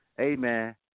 amen